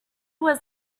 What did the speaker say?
was